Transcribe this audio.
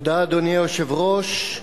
אדוני היושב-ראש,